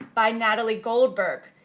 by natalie goldberg,